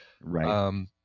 Right